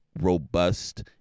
robust